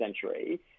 century